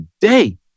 day